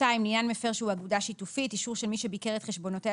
לעניין מפר שהוא אגודה שיתופית אישור של מי שביקר את חשבונותיה